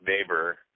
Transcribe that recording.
neighbor